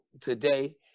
today